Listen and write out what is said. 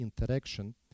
interaction